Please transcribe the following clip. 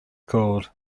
called